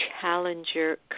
Challenger